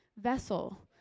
vessel